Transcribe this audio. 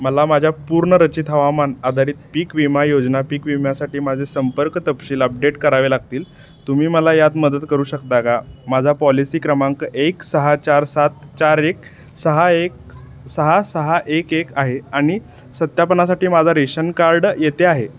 मला माझ्या पुनर्रचित हवामान आधारित पीक विमा योजना पीक विम्यासाठी माझे संपर्क तपशील अपडेट करावे लागतील तुम्ही मला यात मदत करू शकता का माझा पॉलिसी क्रमांक एक सहा चार सात चार एक सहा एक सहा सहा एक एक आहे आणि सत्यापनासाठी माझा रेशन कार्ड येथे आहे